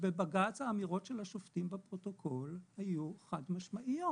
בבג"ץ האמירות של השופטים בפרוטוקול היו חד משמעיות,